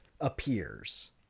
appears